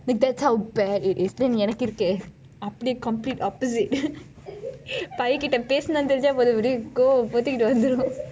like that's how bad it is then எனக்கு இருக்கே அப்படியே:enakku irukkei appadiyei complete opposite பையன் கிட்டே பேசினா தெரிஞ்சா போதும்:paiyan kittei pesina therinja pothum go பொத்திகிட்டு வந்திரு:pottikithu vanthiru